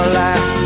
last